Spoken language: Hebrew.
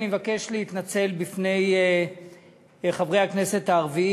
אני מבקש להתנצל בפני חברי הכנסת הערבים